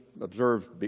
observe